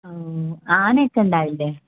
ഓ ആന ഒക്കെ ഉണ്ടാവില്ലേ